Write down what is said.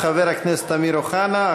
חבר הכנסת אמיר אוחנה.